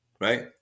right